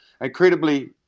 incredibly